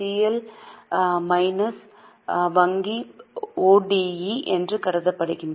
L minus வங்கி ஓடிஇ என்று கருதப்படுகின்றன